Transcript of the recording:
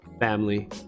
family